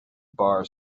bar